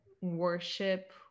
worship